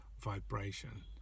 vibration